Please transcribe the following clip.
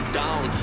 down